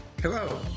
Hello